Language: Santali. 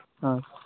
ᱦᱚᱸ